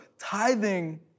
Tithing